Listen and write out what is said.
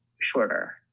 shorter